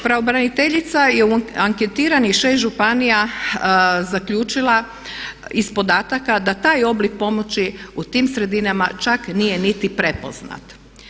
Pravobraniteljica je u anketiranih 6 županija zaključila iz podataka da taj oblik pomoći u tim sredinama čak nije niti prepoznat.